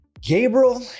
Gabriel